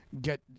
get